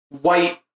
white